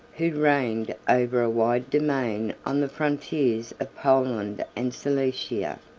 who reigned over a wide domain on the frontiers of poland and silesia.